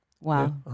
Wow